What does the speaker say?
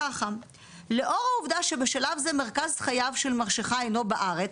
תשובת הבנק היא לאור העובדה שבשלב זה של מרכז חייו של מרשך אינו בארץ,